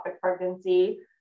pregnancy